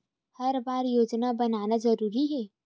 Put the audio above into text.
हर बार योजना बनाना जरूरी है?